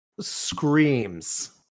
screams